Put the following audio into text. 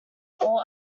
all